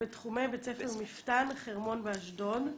בתחומי בית ספר מפת"ן חרמון באשדוד.